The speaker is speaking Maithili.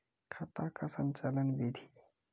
खाता का संचालन बिधि?